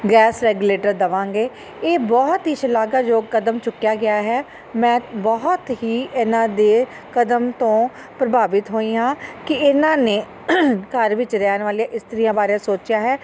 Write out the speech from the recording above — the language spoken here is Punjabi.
ਗੈਸ ਰੈਗਲੇਟਰ ਦੇਵਾਂਗੇ ਇਹ ਬਹੁਤ ਹੀ ਸ਼ਲਾਘਾਯੋਗ ਕਦਮ ਚੁੱਕਿਆ ਗਿਆ ਹੈ ਮੈਂ ਬਹੁਤ ਹੀ ਇਹਨਾਂ ਦੇ ਕਦਮ ਤੋਂ ਪ੍ਰਭਾਵਿਤ ਹੋਈ ਹਾਂ ਕਿ ਇਹਨਾਂ ਨੇ ਘਰ ਵਿੱਚ ਰਹਿਣ ਵਾਲੀਆਂ ਇਸਤਰੀਆਂ ਬਾਰੇ ਸੋਚਿਆ ਹੈ